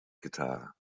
guitar